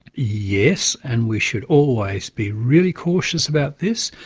yes, and we should always be really cautious about this,